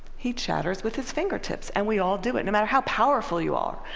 he chatters with his fingertips. and we all do it no matter how powerful you are.